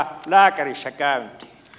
arvoisa puhemies